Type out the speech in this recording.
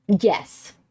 Yes